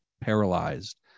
paralyzed